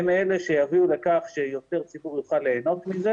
הם אלה שיביאו לכך שיותר ציבור יוכל ליהנות מהם.